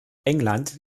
england